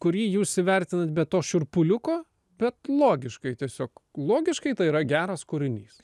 kurį jūs įvertinat be to šiurpuliuko bet logiškai tiesiog logiškai tai yra geras kūrinys